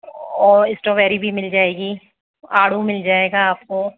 और स्ट्रॉबेरी भी मिल जाएगी आड़ू मिल जाएगा आपको